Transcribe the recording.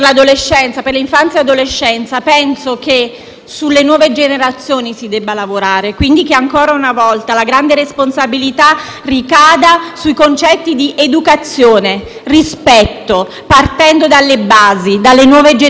sulle nuove generazioni si debba lavorare, quindi che, ancora una volta, la grande responsabilità ricada sui concetti di educazione e rispetto, partendo dalle basi, dalle nuove generazioni e dalla prevenzione.